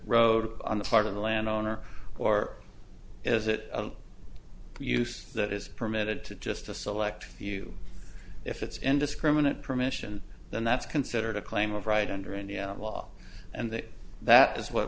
road on the part of the landowner or is it a use that is permitted to just a select few if it's indiscriminate permission then that's considered a claim of right under any law and that that is what